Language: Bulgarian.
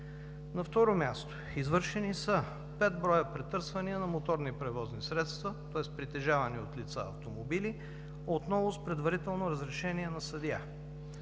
На второ място, извършени са пет броя претърсвания на моторни превозни средства, тоест притежавани автомобили от лица отново с предварително разрешение на съдия;